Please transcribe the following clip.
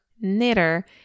knitter